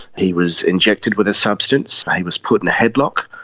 he was injected with a substance, he was put in a headlock.